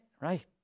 right